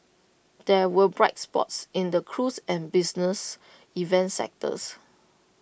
there were bright spots in the cruise and business events sectors